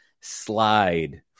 slide